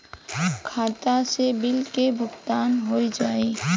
खाता से बिल के भुगतान हो जाई?